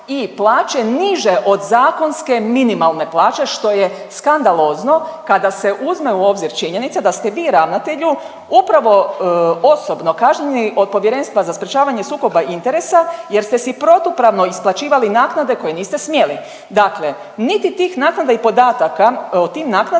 i plaće niže od zakonske minimalne plaće što je skandalozno kada se uzme u obzir činjenica da ste vi ravnatelju upravo osobno kažnjeni od Povjerenstva za sprječavanje sukoba interesa jer ste si protupravno isplaćivali naknade koje niste smjeli. Dakle, niti tih naknadnih podataka o tom naknadama